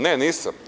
Ne, nisam.